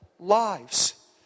Lives